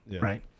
right